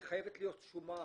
אם חייבת להיות שומה